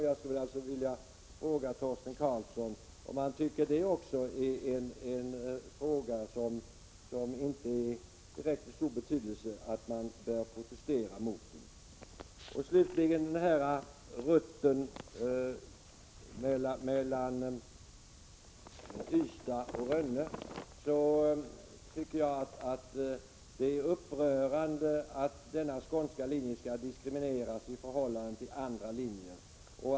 Jag skulle vilja fråga Torsten Karlsson om han tycker att detta också är en fråga som inte har så stor betydelse att man bör protestera. Jag tycker slutligen beträffande rutten mellan Ystad och Rönne att det är upprörande att denna skånska färjelinje skall diskrimineras i förhållande till andra linjer.